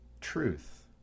truth